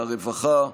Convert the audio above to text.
הרווחה,